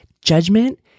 Judgment